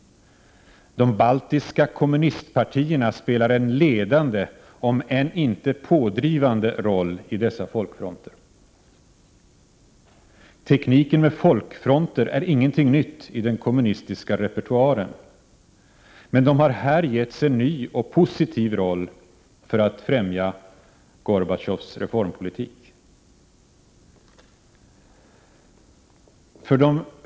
De baltiska kommunistpartierna spelar en ledande — om än inte pådrivande — roll i dessa folkfronter. Tekniken med folkfronter är ingenting nytt i den kommunistiska repertoaren, men folkfronterna har här getts en ny och positiv roll för att främja Gorbatjovs reformpolitik.